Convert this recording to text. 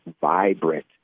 vibrant